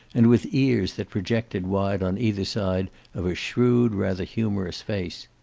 and with ears that projected wide on either side of a shrewd, rather humorous face.